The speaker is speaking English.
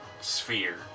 sphere